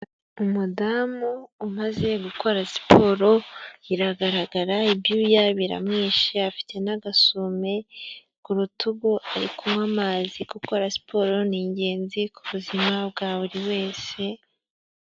Umudamu umaze gukora siporo, biragaragara ibyuya biramwishe afite n'agasume ku rutugu, ari kunywa amazi. Gukora siporo ni ingenzi ku buzima bwa buri wese.